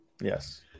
Yes